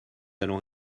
allons